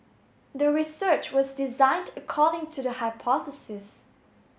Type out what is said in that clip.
the research was designed according to the hypothesis